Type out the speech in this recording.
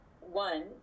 One